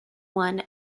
one